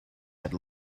had